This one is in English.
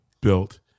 built